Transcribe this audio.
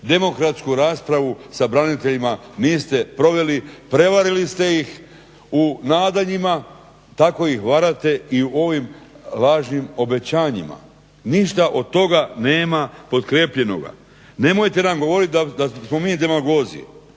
Demokratsku raspravu sa braniteljima niste proveli, prevarili ste ih u nadanjima tako ih varate i u ovim lažnim obećanjima, ništa od toga nema potkrijepljenoga, nemojte nam govoriti da smo mi demagozi,